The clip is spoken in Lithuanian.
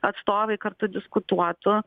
atstovai kartu diskutuotų